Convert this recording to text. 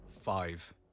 Five